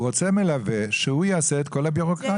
הוא רוצה מלווה שיעשה את כל הבירוקרטיה.